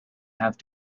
have